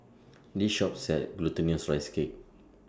This Shop sells Glutinous Rice Cake